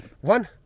one